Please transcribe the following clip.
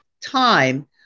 time